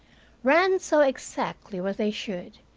ran so exactly where they should,